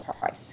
price